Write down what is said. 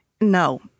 No